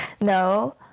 No